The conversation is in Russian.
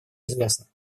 известна